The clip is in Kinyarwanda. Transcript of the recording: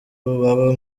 baba